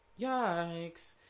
Yikes